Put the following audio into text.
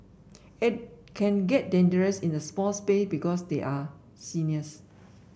it can get dangerous in a small space because they are seniors